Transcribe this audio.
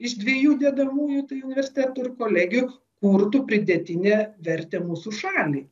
iš dviejų dedamųjų tai universitetų ir kolegijų kurtų pridėtinę vertę mūsų šaliai